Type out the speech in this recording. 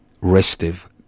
restive